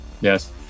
yes